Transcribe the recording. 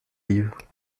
livres